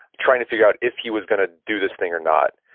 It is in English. trying to figure out if he was going to do this thing or not.